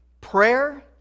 prayer